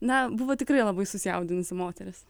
na buvo tikrai labai susijaudinusi moteris